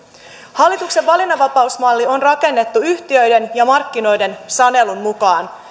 hallituksen valinnanvapausmalli on rakennettu yhtiöiden ja markkinoiden sanelun mukaan